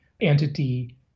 entity